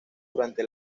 durante